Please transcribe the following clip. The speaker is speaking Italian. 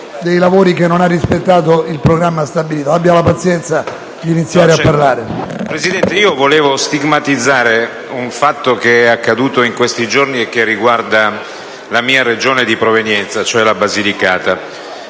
Presidente, volevo stigmatizzare un fatto accaduto in questi giorni e che riguarda la mia Regione di provenienza, la Basilicata.